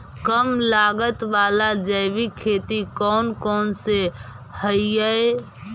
कम लागत वाला जैविक खेती कौन कौन से हईय्य?